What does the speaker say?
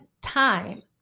time